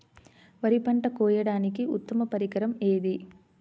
వరి పంట కోయడానికి ఉత్తమ పరికరం ఏది?